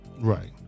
Right